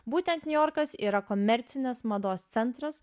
būtent niujorkas yra komercinės mados centras